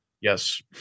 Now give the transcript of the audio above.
Yes